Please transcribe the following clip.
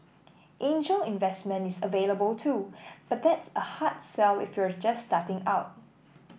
angel investment is available too but that's a hard sell if you're just starting out